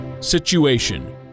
Situation